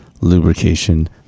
lubrication